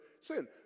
sin